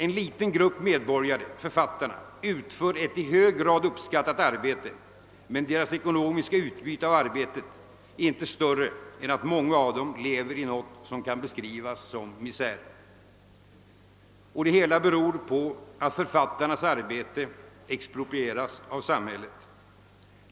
En liten grupp medborgare, författarna, utför ett i hög grad uppskattat arbete — men deras ekonomiska utbyte av arbetet är inte större än att många av dem lever i något som kan beskrivas som misär. Det hela beror på att författarnas arbete exproprieras av samhället.